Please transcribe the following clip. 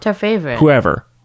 whoever